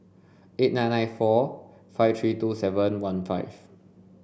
eight nine nine four five three two seven one five